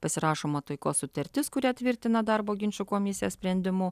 pasirašoma taikos sutartis kurią tvirtina darbo ginčų komisijos sprendimu